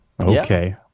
Okay